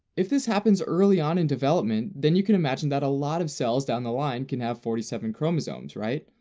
if this happens early on in development, then you can imagine that a lot of cells down the line can have forty seven chromosomes, right?